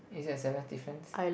is it the seventh difference